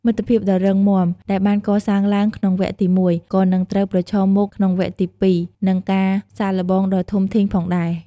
មិត្តភាពដ៏រឹងមាំដែលបានកសាងឡើងក្នុងវគ្គទី១ ក៏នឹងត្រូវប្រឈមមុខក្នុងវគ្គទី២នឹង ការសាកល្បងដ៏ធំធេងផងដែរ។